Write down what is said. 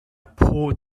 port